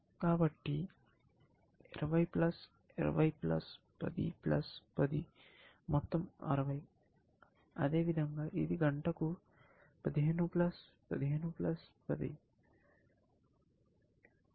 కాబట్టి 20 20 10 10 60 అదేవిధంగా ఇది గంటకు 15 15 10